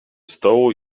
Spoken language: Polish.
stołu